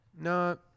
no